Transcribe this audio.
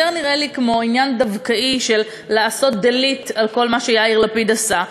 נראה לי כמו עניין דווקאי של לעשות delete על כל מה שיאיר לפיד עשה,